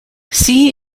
see